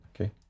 Okay